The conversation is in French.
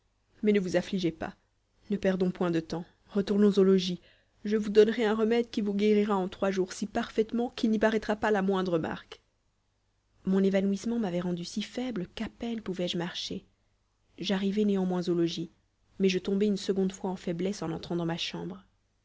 mais ne vous affligez pas ne perdons point de temps retournons au logis je vous donnerai un remède qui vous guérira en trois jours si parfaitement qu'il n'y paraîtra pas la moindre marque mon évanouissement m'avait rendue si faible qu'à peine pouvais-je marcher j'arrivai néanmoins au logis mais je tombai une seconde fois en faiblesse en entrant dans ma chambre